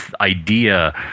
idea